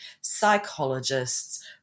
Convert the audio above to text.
psychologists